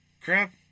Crap